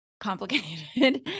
complicated